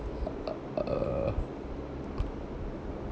uh